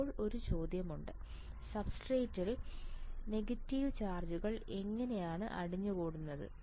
ഇപ്പോൾ ഒരു ചോദ്യമുണ്ട് സബ്സ്റേറ്റ് യിൽ നെഗറ്റീവ് ചാർജുകൾ എങ്ങനെയാണ് അടിഞ്ഞുകൂടുന്നത്